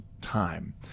time